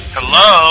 Hello